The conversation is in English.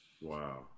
Wow